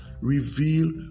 reveal